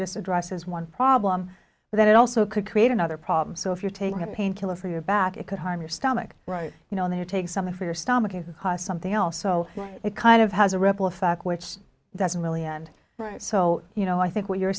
just addresses one problem and then it also could create another problem so if you're taking painkillers for your back it could harm your stomach right you know they take something for your stomach and something else so it kind of has a ripple effect which doesn't really end right so you know i think what you're